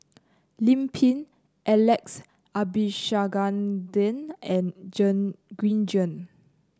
Lim Pin Alex Abisheganaden and Green Zeng